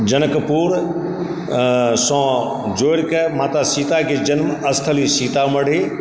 जनकपुरसँ जोड़िके माता सीताकेँ जन्मस्थली सीतामढ़ी